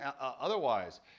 otherwise